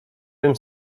wiem